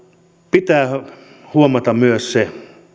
pitää huomata myös se